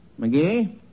McGee